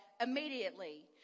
immediately